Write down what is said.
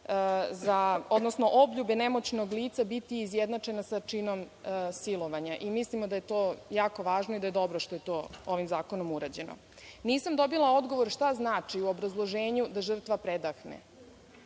odnosno obljube nemoćnog lica biti izjednačena sa činom silovanja. Mislimo da je to jako važno i da je dobro što je to ovim zakonom urađeno. Nisam dobila odgovor šta znači u obrazloženju da žrtva predahne.